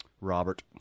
Robert